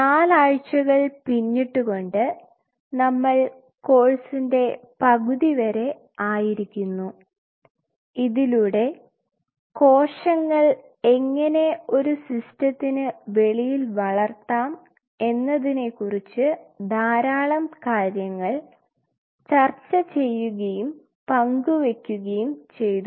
4 ആഴ്ചകൾ പിന്നിട്ടു കൊണ്ട് നമ്മൾ കോഴ്സിന്റെ പകുതി വരെ ആയിരിക്കുന്നു ഇതിലൂടെ കോശങ്ങൾ എങ്ങനെ ഒരു സിസ്റ്റത്തിന് വെളിയിൽ വളർത്താം എന്നതിനെക്കുറിച്ച് ധാരാളം കാര്യങ്ങൾ ചർച്ച ചെയ്യുകയും പങ്കുവെക്കുകയും ചെയ്തു